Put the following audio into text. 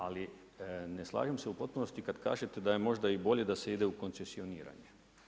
Ali ne slažem se u potpunosti kada kažete da je možda i bolje da se ide u koncesioniranje.